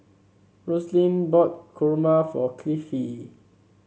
Roselyn bought Kurma for Cliffie